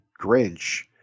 Grinch